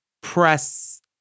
press